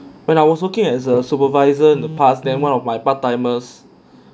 when I was working as a supervisor in the past then one of my part timers